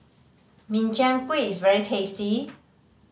Min Chiang Kueh is very tasty